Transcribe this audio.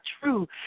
true